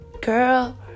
girl